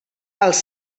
els